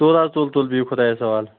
تُل حظ تُل تُل بِہِو خۄدایس حوالہ